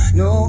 no